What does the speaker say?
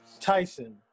Tyson